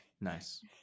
nice